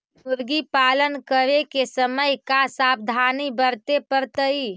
मुर्गी पालन करे के समय का सावधानी वर्तें पड़तई?